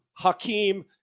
Hakeem